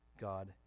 God